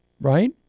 Right